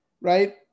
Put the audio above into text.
Right